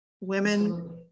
Women